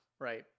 right